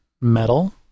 metal